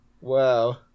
Wow